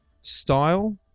style